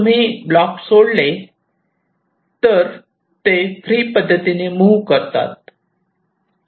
तुम्ही ब्लॉक्स सोडले ते फ्री पद्धतीने मुव्ह करतात